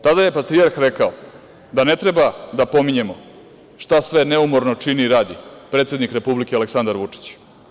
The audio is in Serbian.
Tada je patrijarh rekao da ne treba da pominjemo šta sve neumorno čini i radi predsednik Republike, Aleksandar Vučić.